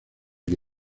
que